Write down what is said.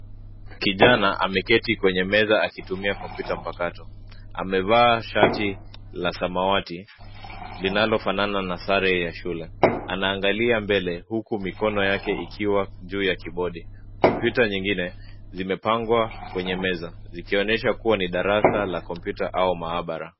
Kijana ameketi kwenye meza akitumia kompyuta mpakato. Amevaa shati la samawati linalofanana na sare ya shule. Anaangalia mbele huku mikono yake ikiwa juu ya kibodi. Kompyuta nyingine zimepangwa kwenye meza zikionyesha kuwa ni darasa la kompyuta au maabara.